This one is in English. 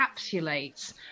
encapsulates